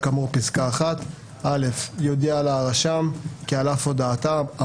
כאמור בפסקה (1) (א)יודיע לה הרשם כי על אף הודעתה,